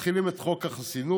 מתחילים את חוק החסינות